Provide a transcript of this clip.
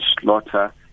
slaughter